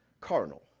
carnal